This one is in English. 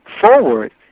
forward